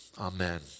Amen